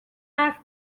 حرف